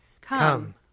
Come